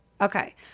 okay